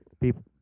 people